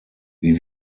wie